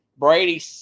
Brady